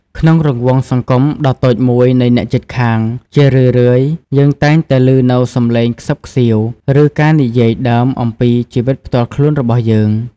ក្នុងរង្វង់សង្គមដ៏តូចមួយនៃអ្នកជិតខាង ជារឿយៗ យើងតែងតែឮនូវសំឡេងខ្សឹបខ្សៀវ ឬការនិយាយដើមអំពីជីវិតផ្ទាល់ខ្លួនរបស់យើង។